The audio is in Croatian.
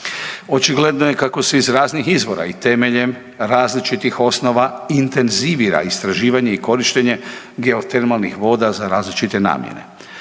Očigledno je kako se iz raznih izvora i temeljem različitih osnova intenzivira istraživanje i korištenje geotermalnih voda za različite namjene.